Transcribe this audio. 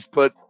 put